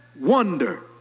wonder